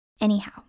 Anyhow